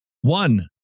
One